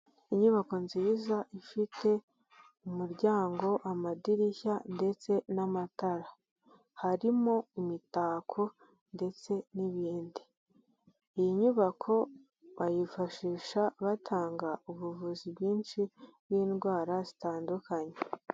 Inyubako nziza ifite umuryango, amadirishya ndetse n'amatara. Harimo imitako ndetse n'ibindi. Iyi nyubako bayifashisha batanga ubuvuzi bwinshi bw'indwara zitandukanye.